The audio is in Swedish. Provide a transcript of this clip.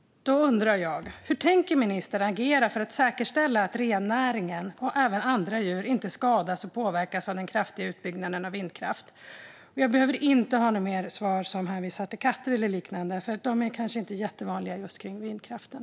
Jag undrar: Hur tänker ministern agera för att säkerställa att rennäringen och även andra djur inte skadas och påverkas av den kraftiga utbyggnaden av vindkraft? Jag behöver inte ha något mer svar som hänvisar till katter eller liknande. De är kanske inte jättevanliga just kring vindkraften.